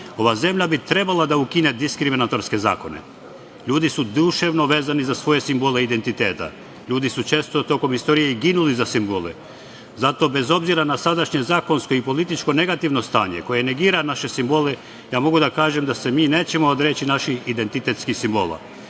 ova zemlja bi trebala da ukine diskriminatorske zakone. Ljudi su duševno vezani za svoje simbole identiteta. Ljudi su često tokom istorije ginuli za simbole. Zato, bez obzira na sadašnje zakonsko i političko negativno stanje koje negira naše simbole, ja mogu da kažem da se mi nećemo odreći naših identitetskih simbola.